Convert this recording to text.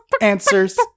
Answers